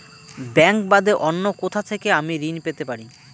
Bank বাদে অন্য কোথা থেকে আমি ঋন পেতে পারি?